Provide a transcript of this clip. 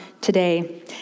today